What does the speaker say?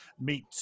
meet